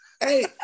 Hey